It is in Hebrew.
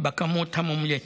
בכמות המומלצת,